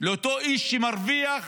לאותו איש שמרוויח